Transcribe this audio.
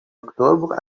octobre